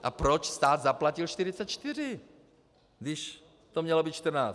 A proč stát zaplatil 44, když to mělo být 14?